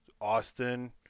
Austin